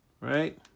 right